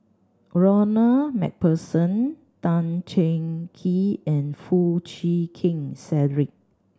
Ronald Macpherson Tan Cheng Kee and Foo Chee Keng Cedric